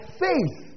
faith